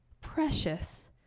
precious